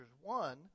One